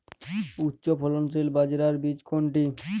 উচ্চফলনশীল বাজরার বীজ কোনটি?